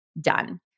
done